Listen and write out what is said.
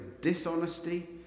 dishonesty